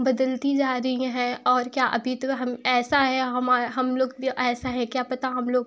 बदलती जा रही है और क्या अभी तो हन ऐसा है हम हम लोग भी ऐसा हैं क्या पता हम लोग